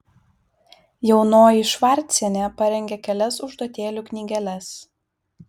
jaunoji švarcienė parengė kelias užduotėlių knygeles